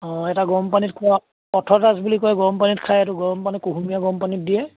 অঁ এটা গৰমপানীত খোৱা অৰ্থডক্স বুলি কয় গৰমপানীত খায় এইটো গৰমপানী কুহমীয়া গৰমপানীত দিয়ে